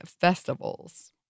festivals